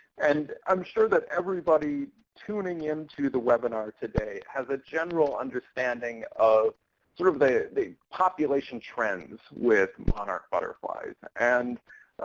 and i'm sure that everybody tuning into the webinar today has a general understanding of sort of the the population trends with monarch butterflies. and